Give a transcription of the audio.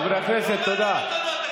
הליכוד,